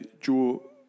Joe